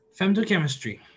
Femtochemistry